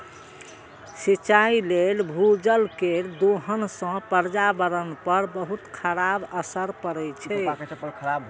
सिंचाइ लेल भूजल केर दोहन सं पर्यावरण पर बहुत खराब असर पड़ै छै